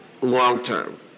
long-term